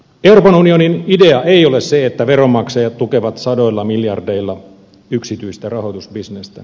euroopan unionin idea ei ole se että veronmaksajat tukevat sadoilla miljardeilla yksityistä rahoitusbisnestä